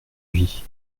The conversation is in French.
vie